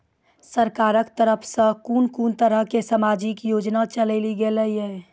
सरकारक तरफ सॅ कून कून तरहक समाजिक योजना चलेली गेलै ये?